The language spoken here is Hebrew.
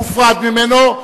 הופרד ממנו,